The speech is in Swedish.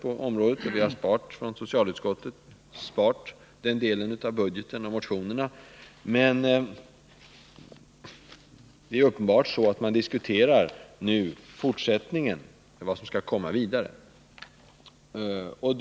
Inom socialutskottet har vi sparat den delen av budgeten och motionerna. Men det är uppenbart att man nu inom regeringen diskuterar vad som skall komma i fortsättningen.